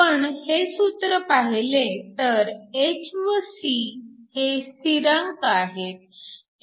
आपण हे सूत्र पाहिले तर h व c हे स्थिरांक आहेत